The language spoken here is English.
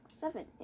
seven